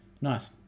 nice